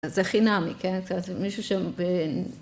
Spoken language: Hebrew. זה חינמי, כן? זה מישהו ש...